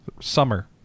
Summer